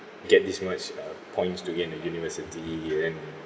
get this much uh points to get into university and then